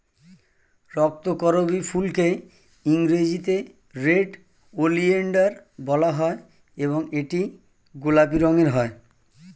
রক্তকরবী ফুলকে ইংরেজিতে red oleander বলা হয় এবং এটি গোলাপি রঙের হয়